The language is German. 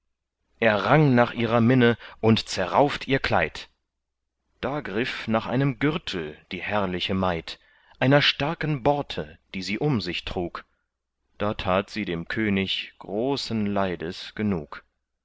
er rang nach ihrer minne und zerrauft ihr kleid da griff nach einem gürtel die herrliche maid einer starken borte die sie um sich trug da tat sie dem könig großen leides genug